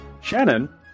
Shannon